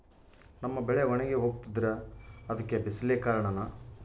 ನಮ್ಮ ಬೆಳೆ ಒಣಗಿ ಹೋಗ್ತಿದ್ರ ಅದ್ಕೆ ಬಿಸಿಲೆ ಕಾರಣನ?